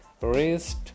wrist